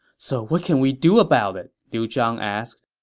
so what can we do about it? liu zhang asked